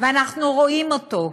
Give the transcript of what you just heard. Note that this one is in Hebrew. ואנחנו רואים אותו,